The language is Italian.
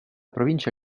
provincia